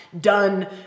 done